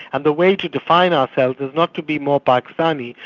and the way to define ourselves was not to be more pakistani,